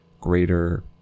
greater